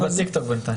היא בטיק-טוק בינתיים.